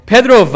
Pedro